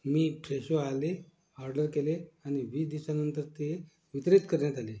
मी Fresho आले order केले आणि वीस दिसानंतर ते वितरित करण्यात आले